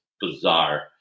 Bizarre